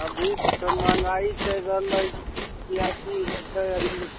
अभी तऽ महँगाइ छै किएक कि जे छै अभी